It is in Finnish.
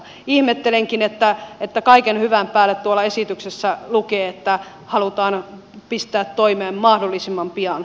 ihmettelenkin että kaiken hyvän päälle esityksessä lukee että halutaan pistää toimeen mahdollisimman pian